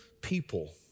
people